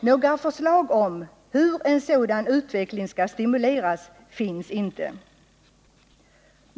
Några förslag om hur en sådan utveckling skall stimuleras finns inte.